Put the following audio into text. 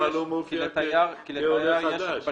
למה לא מופיע כעולה חדש?